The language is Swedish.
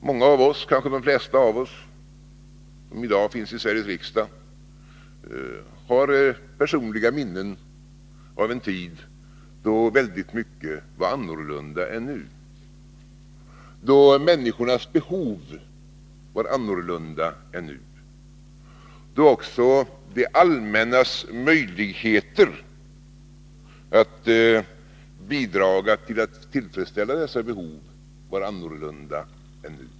Många av oss, kanske de flesta, som i dag finns i Sveriges riksdag har personliga minnen av en tid då väldigt mycket var annorlunda än nu, då människornas behov var annorlunda än nu, då också det allmännas möjligheter att bidra till att tillfredsställa dessa behov var annorlunda än nu.